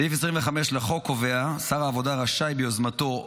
סעיף 25 לחוק קובע: שר העבודה רשאי ביוזמתו הוא,